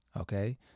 Okay